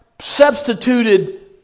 substituted